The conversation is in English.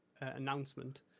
announcement